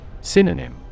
Synonym